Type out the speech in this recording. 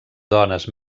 dones